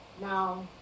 now